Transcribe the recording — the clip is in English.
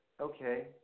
okay